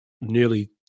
nearly